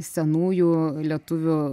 senųjų lietuvių